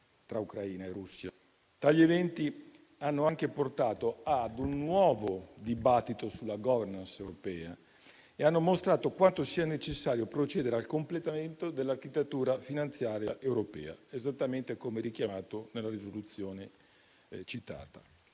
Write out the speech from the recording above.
tra Ucraina e Russia. Tali eventi hanno anche portato a un nuovo dibattito sulla *governance* europea e hanno mostrato quanto sia necessario procedere al completamento dell'architettura finanziaria europea, esattamente come richiamato nella risoluzione citata.